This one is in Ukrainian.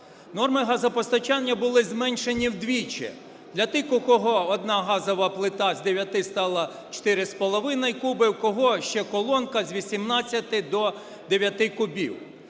Норми газопостачання були зменшені вдвічі: для тих, у кого одна газова плита з 9 стало 4,5 куби, у кого ще колонка – з 18 до 9 кубів.